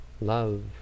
Love